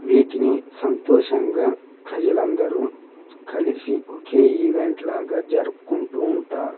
వీటిని సంతోషంగా ప్రజలు అందరూ కలిసి ఒకే ఈవెంట్ లాగా జరుపుకుంటూ ఉంటారు